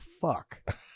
fuck